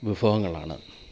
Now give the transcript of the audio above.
വിഭവങ്ങളാണ്